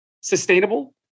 sustainable